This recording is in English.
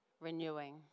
renewing